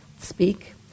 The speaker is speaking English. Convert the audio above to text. speak